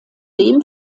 dem